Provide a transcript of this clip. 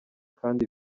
kandi